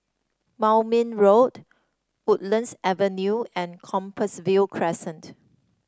Moulmein Road Woodlands Avenue and Compassvale Crescent